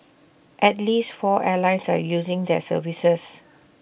at least four airlines are using their services